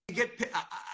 get